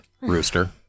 rooster